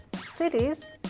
cities